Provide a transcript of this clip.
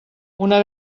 una